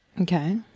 Okay